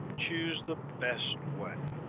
choose the best way,